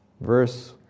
Verse